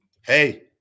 Hey